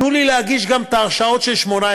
תנו לי להגיש גם את ההרשאות של 2018,